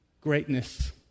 greatness